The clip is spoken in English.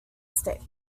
stick